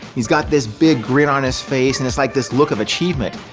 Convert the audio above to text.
he's got this big grin on his face and it's like this look of achievement.